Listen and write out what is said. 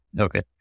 Okay